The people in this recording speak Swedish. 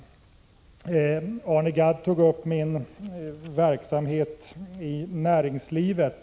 Arne Gadd tog i sitt inlägg upp min verksamhet i näringslivet.